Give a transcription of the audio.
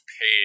paid